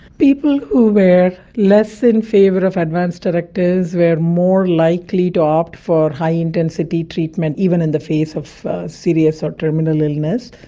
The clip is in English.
people who were less in favour of advance directives were more likely to opt for high intensity treatment, even in the face of serious or terminal illness,